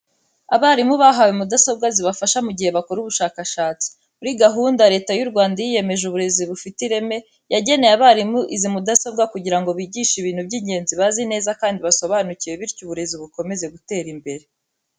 Abarimu bahawe mudasobwa zizabafasha mu gihe bakora ubushakashatsi. Muri gahunda Leta y'u Rwanda yiyemeje y'uburezi bufite ireme, yageneye abarimu izi mudasobwa kugira ngo bigishe ibintu by'ingenzi bazi neza kandi basobanukiwe bityo uburezi bukomeze gutera imbere.